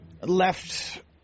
left